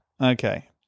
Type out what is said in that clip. Okay